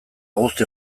guzti